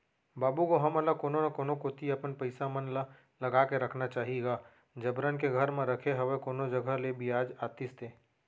बाबू गो हमन ल कोनो न कोनो कोती अपन पइसा मन ल लगा के रखना चाही गा जबरन के घर म रखे हवय कोनो जघा ले बियाज आतिस ते